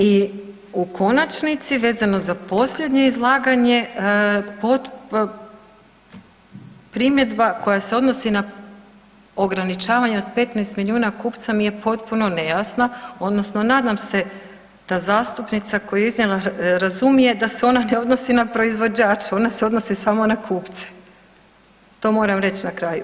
I u konačnici vezano za posljednje izlaganje, primjedba koja se odnosi na ograničavanje od 15 milijuna kupca mi je potpuno nejasna odnosno nadam se da zastupnica koja je iznijela razumije da se ona ne odnosi na proizvođače, ona se odnosi samo na kupce, to moram reć na kraju.